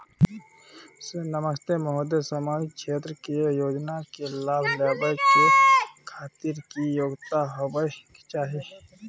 नमस्ते महोदय, सामाजिक क्षेत्र के योजना के लाभ लेबै के खातिर की योग्यता होबाक चाही?